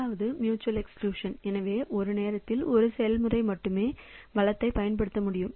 முதலாவது mutual exclusion எனவே ஒரு நேரத்தில் ஒரு செயல்முறை மட்டுமே ஒரு வளத்தைப் பயன்படுத்த முடியும்